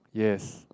yes